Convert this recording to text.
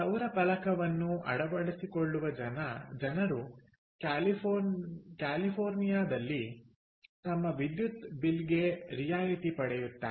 ಸೌರ ಫಲಕವನ್ನು ಅಳವಡಿಸಿಕೊಳ್ಳುವ ಜನರು ಕ್ಯಾಲಿಫೋರ್ನಿಯಾದಲ್ಲಿ ತಮ್ಮ ವಿದ್ಯುತ್ ಬಿಲ್ಗೆ ರಿಯಾಯಿತಿ ಪಡೆಯುತ್ತಾರೆ